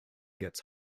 gets